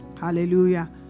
Hallelujah